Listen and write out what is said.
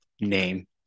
name